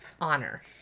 Honor